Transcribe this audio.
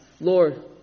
Lord